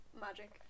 magic